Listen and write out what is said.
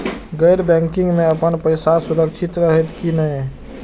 गैर बैकिंग में अपन पैसा सुरक्षित रहैत कि नहिं?